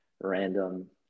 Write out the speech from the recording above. random